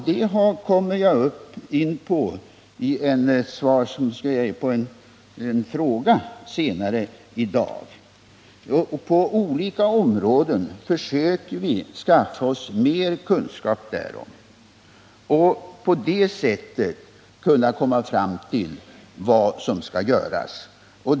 Den saken kommer jag in på i svaret på en fråga senare i dag. På olika sätt försöker vi skaffa oss mer kunskap därom för att på det sättet komma fram till vad som kan göras.